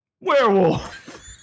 Werewolf